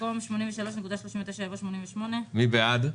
במקום 83.39 יבוא 85. מי בעד?